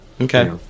okay